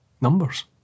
numbers